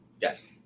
Yes